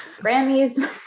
Grammys